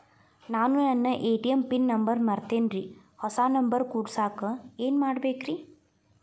ನಾನು ನನ್ನ ATM pin number ಮರ್ತೇನ್ರಿ, ಹೊಸಾ ನಂಬರ್ ಕುಡಸಾಕ್ ಏನ್ ಮಾಡ್ಬೇಕ್ರಿ?